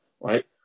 right